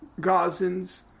Gazans